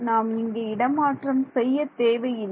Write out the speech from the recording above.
நாம் இங்கே இடமாற்றம் செய்ய தேவை இல்லை